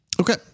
Okay